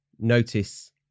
notice